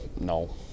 no